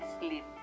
sleep